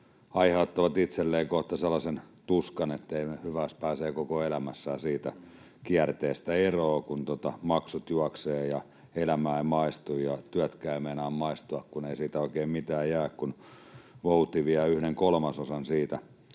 aiheuttavat itselleen kohta sellaisen tuskan, että hyvä, jos pääsevät koko elämässään siitä kierteestä eroon, kun maksut juoksevat ja elämä ei maistu ja työtkään eivät meinaa maistua, kun ei siitä oikein mitään jää, kun vouti vie siitä yhden kolmasosan. Nämä